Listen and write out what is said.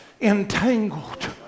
entangled